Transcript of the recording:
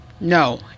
No